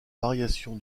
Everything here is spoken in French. variation